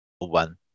one